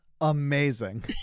amazing